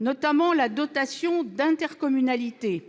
notamment la dotation d'intercommunalité,